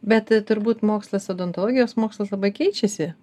bet turbūt mokslas odontologijos mokslas labai keičiasi